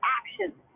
actions